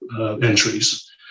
entries